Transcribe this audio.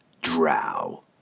drow